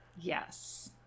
Yes